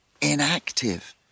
inactive